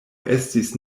estis